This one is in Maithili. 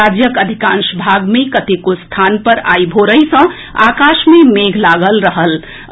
राज्यक अधिकांश भाग मे कतेको स्थान पर आई भोरहि सँ आकाश मे मेघ लागल रहल अछि